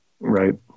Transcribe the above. right